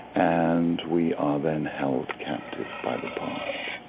and we are then held captive by the past.